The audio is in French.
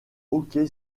hockey